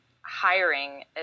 hiring